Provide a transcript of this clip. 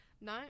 No